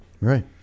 Right